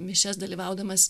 mišias dalyvaudamas